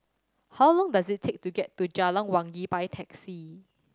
how long does it take to get to Jalan Wangi by taxi